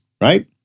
right